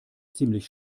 ziemlich